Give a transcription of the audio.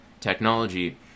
technology